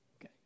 Okay